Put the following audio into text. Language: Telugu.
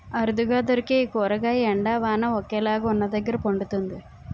అరుదుగా దొరికే ఈ కూరగాయ ఎండ, వాన ఒకేలాగా వున్నదగ్గర పండుతుంది